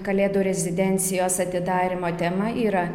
kalėdų rezidencijos atidarymo tema yra